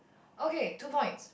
okay two points